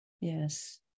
Yes